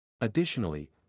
Additionally